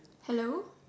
hello